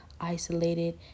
isolated